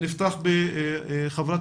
נפתח בחברת